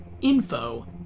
info